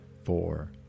Four